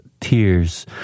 tears